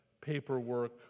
paperwork